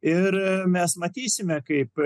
ir mes matysime kaip